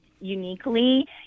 uniquely